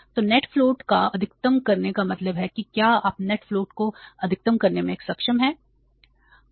तो net float को अधिकतम करने का मतलब है कि क्या आप नेट फ्लोट को अधिकतम करने में सक्षम हैं